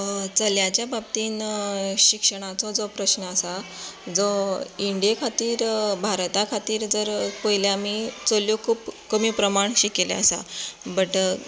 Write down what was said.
चल्यांच्या बाबतीन शिक्षणाचो जो प्रस्न आसा जो इंडिये खातीर भारता खातीर जर पयलें आमी चलयो खूब कमी प्रमाणांत शिकिल्यो आसा बट